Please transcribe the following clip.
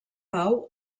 pau